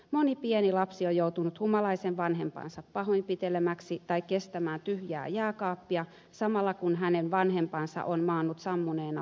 moni pieni lapsi on joutunut humalaisen vanhempansa pahoinpitelemäksi tai kestämään tyhjää jääkaappia samalla kun hänen vanhempansa on maannut sammuneena lattialla